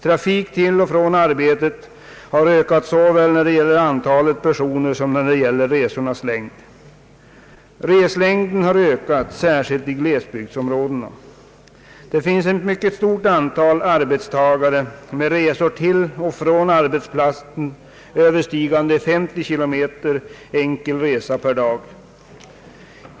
Trafiken till och från arbetet har ökat såväl när det gäller antal perso ner som när det gäller resornas längd. Reslängden har ökat, särskilt i glesbygdsområdena. Det finns ett mycket stort antal arbetstagare med resor till och från arbetsplatsen som överstiger 530 kilometer enkel resa per dag.